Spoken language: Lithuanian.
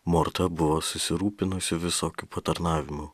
morta buvo susirūpinusi visokiu patarnavimu